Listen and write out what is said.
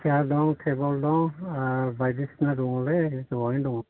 सियार दं टेबोल दं आरो बायदिसिना दङलै गोबाङैनो दङ